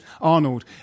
Arnold